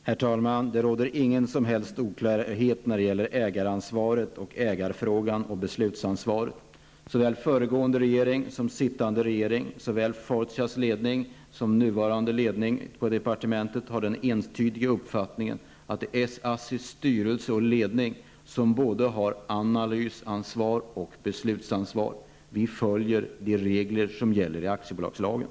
Herr talman! Det råder ingen som helst oklarhet om ägaransvaret, ägarfrågan och beslutsansvaret. Såväl föregående regering som sittande regering och såväl Fortias ledning som departementets nuvarande ledning har den entydiga uppfattningen att det är ASSIs styrelse och ledning som har både analysansvar och beslutsansvar. Vi följer de regler som finns i aktiebolagslagen.